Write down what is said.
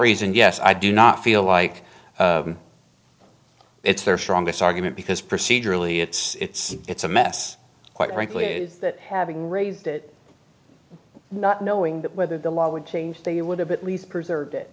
reason yes i do not feel like it's their strongest argument because procedurally it's it's a mess quite frankly that having raised it not knowing whether the law would change they would have at least preserved it